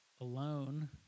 alone